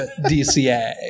DCA